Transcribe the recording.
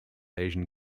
asian